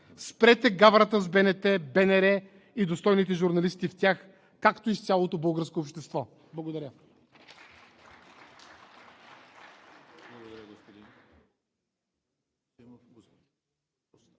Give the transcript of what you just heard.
Спрете гаврата с БНТ, БНР и достойните журналисти в тях, както и с цялото българско общество! Благодаря.